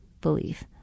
belief